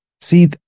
See